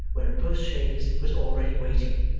where a post-chaise was already waiting.